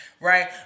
right